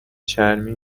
چرمی